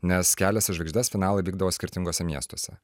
nes kelias į žvaigždes finalai vykdavo skirtinguose miestuose